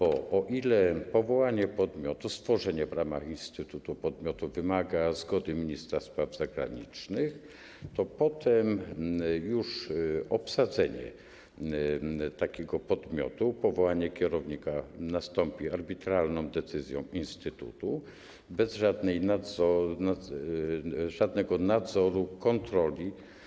O ile powołanie podmiotu, stworzenie w ramach instytutu podmiotu wymaga zgody ministra spraw zagranicznych, to potem obsadzenie takiego podmiotu, powołanie kierownika nastąpi już na mocy arbitralnej decyzji instytutu bez żadnego nadzoru, kontroli.